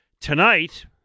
tonight